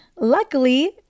luckily